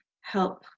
help